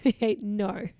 no